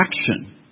action